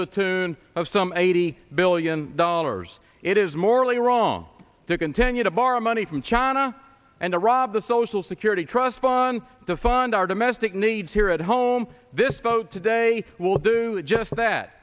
the tune of some eighty billion dollars it is morally wrong to continue to borrow money from china and a rob the social security trust fund to fund our domestic needs here at home this vote today will do just that